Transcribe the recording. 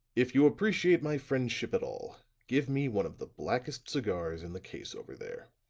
if you appreciate my friendship at all, give me one of the blackest cigars in the case over there.